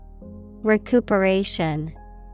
Recuperation